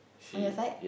on your side